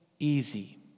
easy